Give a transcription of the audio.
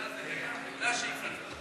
את